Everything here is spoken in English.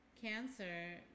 cancer